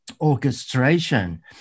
orchestration